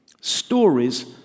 Stories